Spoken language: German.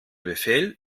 befehl